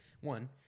one